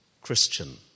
Christian